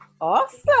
Awesome